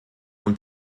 und